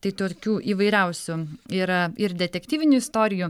tai tokių įvairiausių yra ir detektyvinių istorijų